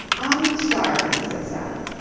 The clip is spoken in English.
i'm starving, said sally.